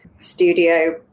studio